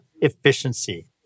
efficiency